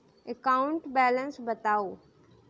account balance बताउ